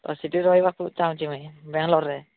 ତ ସେଠି ରହିବାକୁ ଚାହୁଁଛି ମୁଁ ବ୍ୟାଙ୍ଗଲୋରରେ